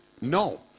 No